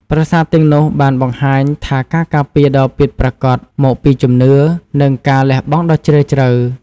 ប្រាសាទទាំងនោះបានបង្ហាញថាការការពារដ៏ពិតប្រាកដមកពីជំនឿ និងការលះបង់ដ៏ជ្រាលជ្រៅ។